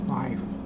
life